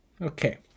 Okay